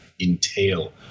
entail